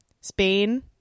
Spain